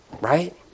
Right